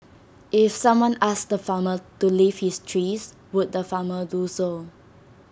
if someone asked the farmer to leave his trees would the farmer do so